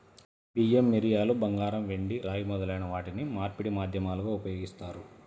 బియ్యం, మిరియాలు, బంగారం, వెండి, రాగి మొదలైన వాటిని మార్పిడి మాధ్యమాలుగా ఉపయోగిస్తారు